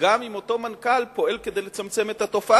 וגם אם אותו מנכ"ל פועל כדי לצמצם את התופעה.